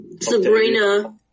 Sabrina